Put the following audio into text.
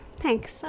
thanks